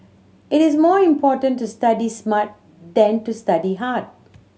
it is more important to study smart than to study hard